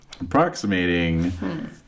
approximating